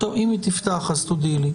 אם היא תפתח, אז תודיעי לי.